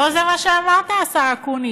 לא זה מה שאמרת, השר אקוניס?